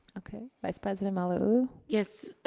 okay, vice president malauulu. yes,